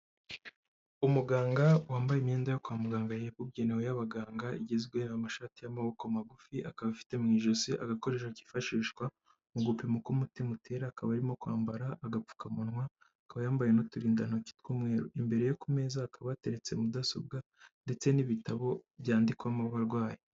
Umuganga wambaye imyenda yo kwa muganga yabugenewe y'abaganga igezweho, yambaye ishati y'amashati y'amaboko magufi, akaba afite mu ijosi agakoresho kifashishwa mu gupima uko umutima utera, akaba arimo kwambara agapfukamunwa, akaba yambaye n'uturindantoki tw'umweru, imbereye ku meza hakaba hateretse mudasobwa ndetse n'ibitabo byandikwamo abarwayi.